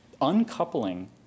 Uncoupling